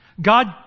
God